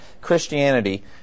Christianity